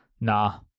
Nah